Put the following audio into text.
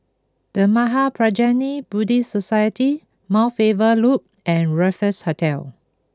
The Mahaprajna Buddhist Society Mount Faber Loop and Raffles Hotel